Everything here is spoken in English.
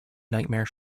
nightmare